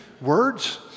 words